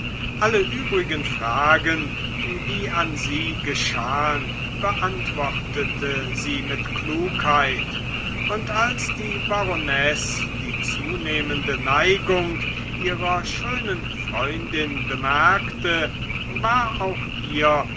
alle übrigen fragen die an sie geschahen beantwortete sie mit klugheit und als die baronesse die zunehmende neigung ihrer schönen freundin bemerkte war auch ihr